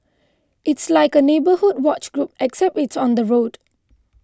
it's like a neighbourhood watch group except it's on the road